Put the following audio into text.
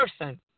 person